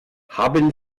haben